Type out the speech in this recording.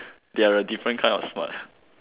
they are a different kind of smart